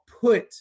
put